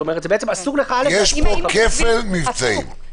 יש פה כפל מבצעים.